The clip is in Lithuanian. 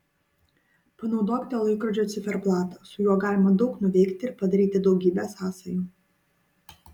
panaudokite laikrodžio ciferblatą su juo galima daug nuveikti ir padaryti daugybę sąsajų